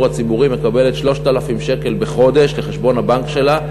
הציבורי מקבלת 3,000 שקל בחודש לחשבון הבנק שלה,